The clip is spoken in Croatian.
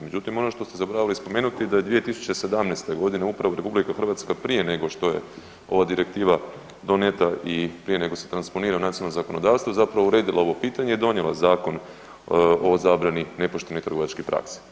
Međutim, ono što ste zaboravili spomenuti da je 2017.g. upravo RH prije nego što je ova direktiva donijeta i prije nego se transponira u nacionalno zakonodavstvo zapravo uredila ovo pitanje i donijela Zakon o zabrani nepoštene trgovačke prakse.